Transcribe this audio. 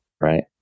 right